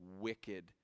wicked